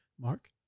Mark